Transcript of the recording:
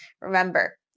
Remember